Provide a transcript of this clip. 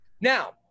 Now